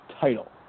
title